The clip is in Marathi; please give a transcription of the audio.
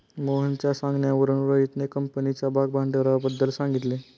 मोहनच्या सांगण्यावरून रोहितने कंपनीच्या भागभांडवलाबद्दल सांगितले